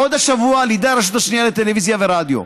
עוד השבוע, לידי הרשות השנייה לטלוויזיה ולרדיו.